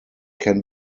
can